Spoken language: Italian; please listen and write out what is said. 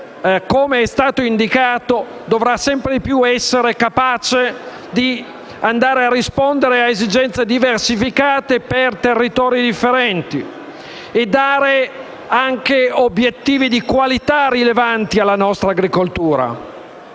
come è stato indicato, dovrà sempre di più essere capace di rispondere a esigenze diversificate per territori differenti e di dare anche obiettivi di qualità rilevanti alla nostra agricoltura.